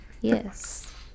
Yes